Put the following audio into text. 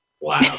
wow